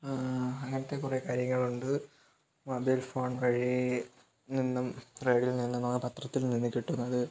അങ്ങനത്തെ കുറേ കാര്യങ്ങള് ഉണ്ട് മൊബൈല് ഫോണ് വഴി നിന്നും റേഡിയോയില് നിന്നുമാണ് പത്രത്തില് നിന്ന് കിട്ടുന്നത്